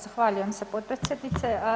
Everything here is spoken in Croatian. Zahvaljujem potpredsjednice.